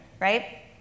right